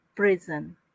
Prison